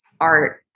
art